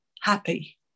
happy